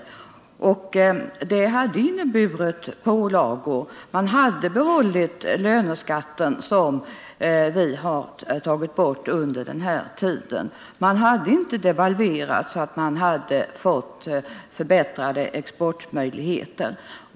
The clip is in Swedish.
En socialdemokratisk politik hade inneburit pålagor. Man hade behållit löneskatten, som vi har tagit bort under den här tiden. Man hade inte devalverat, så att vi fått förbättrade exportmöjligheter.